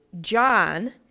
John